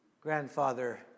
grandfather